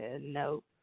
Nope